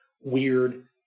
weird